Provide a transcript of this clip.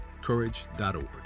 Courage.org